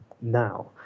now